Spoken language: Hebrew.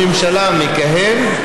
אז לפני למעלה מ-30 שנה הייתי אגרונום.